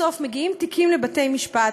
בסוף מגיעים תיקים לבתי-משפט,